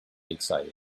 excited